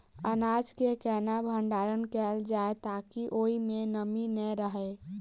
अनाज केँ केना भण्डारण कैल जाए ताकि ओई मै नमी नै रहै?